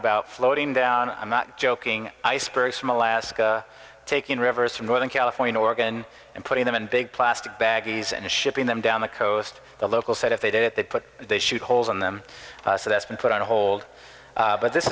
about floating down i'm not joking icebergs from alaska taking rivers from northern california oregon and putting them in big plastic baggies and shipping them down the coast the local said if they did it that they shoot holes in them so that's been put on hold but this